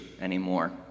anymore